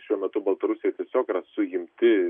šiuo metu baltarusijoj tiesiog yra suimti